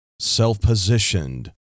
self-positioned